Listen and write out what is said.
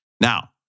Now